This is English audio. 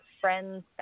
friends